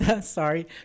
sorry